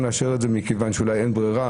לאשר את זה מכיוון שאולי אין ברירה,